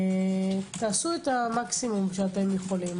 תעשו את המקסימום שאתם יכולים.